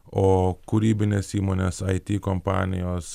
o kūrybinės įmonės it kompanijos